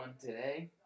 today